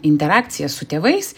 interakcija su tėvais